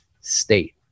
state